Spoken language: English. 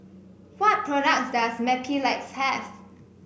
what products does Mepilex have